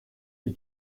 det